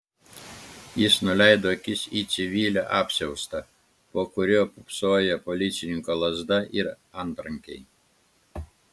jis nuleido akis į civilio apsiaustą po kuriuo pūpsojo policininko lazda ir antrankiai